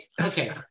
okay